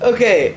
Okay